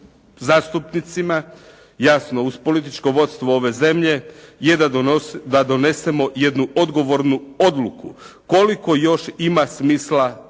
zastupnicima, jasno uz političko vodstvo ove zemlje, je da donesemo jednu odgovornu odluku koliko još ima smisla biti